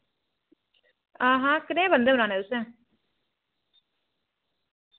हां हां कनेह् बंदे बनाने तुसें